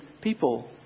people